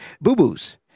boo-boos